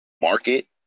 market